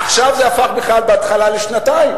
עכשיו זה הפך בכלל בהתחלה לשנתיים,